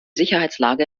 sicherheitslage